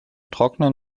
trockenen